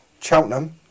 Cheltenham